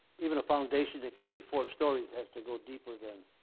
even a foundation to carry four stories has to go deeper than,